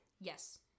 Yes